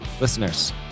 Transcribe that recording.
listeners